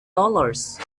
dollars